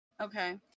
Okay